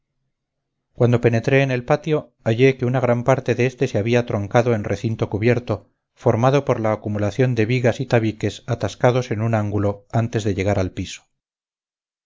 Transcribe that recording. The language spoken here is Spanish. cuando penetré en el patio hallé que una gran parte de este se había trocado en recinto cubierto formado por la acumulación de vigas y tabiques atascados en un ángulo antes de llegar al piso